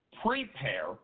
prepare